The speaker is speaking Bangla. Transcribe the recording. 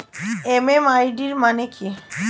এম.এম.আই.ডি মানে কি?